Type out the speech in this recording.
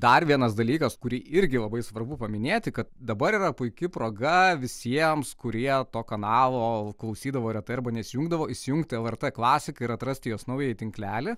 dar vienas dalykas kurį irgi labai svarbu paminėti kad dabar yra puiki proga visiems kurie to kanalo klausydavo retai arba nesijungdavo įsijungti lrt klasiką ir atrasti jos naująjį tinklelį